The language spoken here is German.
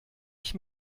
ich